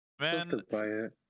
man